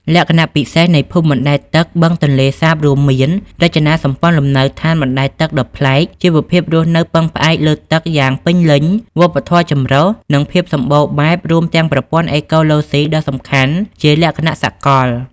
លក្ខណៈពិសេសនៃភូមិបណ្តែតទឹកបឹងទន្លេសាបរួមមាន រចនាសម្ព័ន្ធលំនៅឋានបណ្ដែតទឹកដ៏ប្លែក ជីវភាពរស់នៅពឹងផ្អែកលើទឹកយ៉ាងពេញលេញ វប្បធម៌ចម្រុះ និងភាពសម្បូរបែប រួមទាំងប្រព័ន្ធអេកូឡូស៊ីដ៏សំខាន់ជាលក្ខណៈសកល។